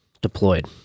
deployed